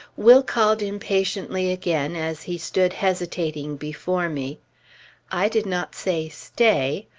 will called impatiently again, as he stood hesitating before me i did not say, stay,